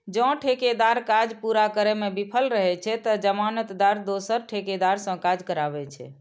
जौं ठेकेदार काज पूरा करै मे विफल रहै छै, ते जमानतदार दोसर ठेकेदार सं काज कराबै छै